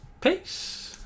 peace